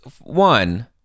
One